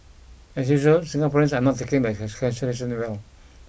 as usual Singaporeans are not taking the cancel cancellation well